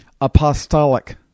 Apostolic